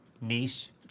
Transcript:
niche